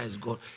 God